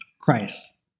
Christ